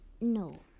No